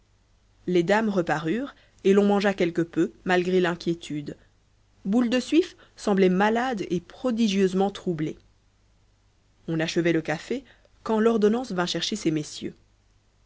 les dames reparurent et l'on mangea quelque peu malgré l'inquiétude boule de suif semblait malade et prodigieusement troublée on achevait le café quand l'ordonnance vint chercher ces messieurs